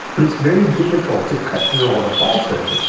but it's very difficult to cut through all the falsehood.